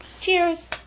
Cheers